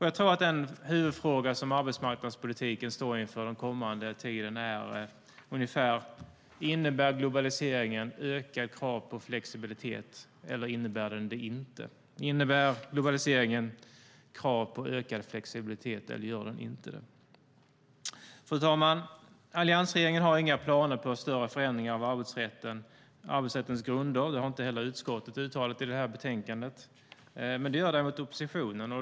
Jag tror att den huvudfråga som arbetsmarknadspolitiken står inför den kommande tiden är ungefär denna: Innebär globaliseringen krav på ökad flexibilitet, eller gör den inte det? Fru talman! Alliansregeringen har inga planer på större förändringar av arbetsrättens grunder. Det har inte heller utskottet uttalat i betänkandet. Det gör däremot oppositionen.